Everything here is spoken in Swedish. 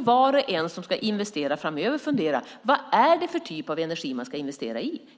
Var och en som ska investera framöver får fundera på vilken typ av energi man ska investera i.